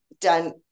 done